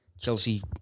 Chelsea